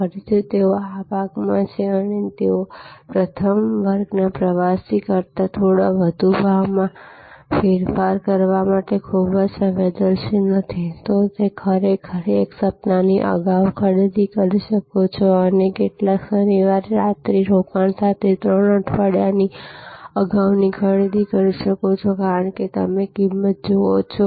ફરીથી તેઓ આ ભાગમાં છે જ્યાં તેઓ પ્રથમ વર્ગના પ્રવાસીઓ કરતાં થોડા વધુ ભાવમાં ફેરફાર કરવા માટે ખૂબ જ સંવેદનશીલ નથી તો તે ખરેખર એક સપ્તાહની અગાઉ ખરીદી કરી શકો છો અને કેટલાક શનિવાર રાત્રિ રોકાણ સાથે 3 અઠવાડિયાની અગાઉ ખરીદી કરી શકો છો કારણ કે તમે કિંમતો જુઓ છો